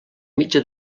mitja